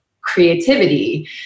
creativity